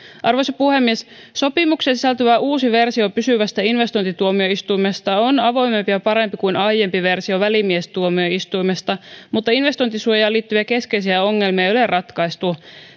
arvoisa puhemies sopimukseen sisältyvä uusi versio pysyvästä investointituomioistuimesta on avoimempi ja parempi kuin aiempi versio välimiestuomioistuimesta mutta investointisuojaan liittyviä keskeisiä ongelmia ei ole ratkaistu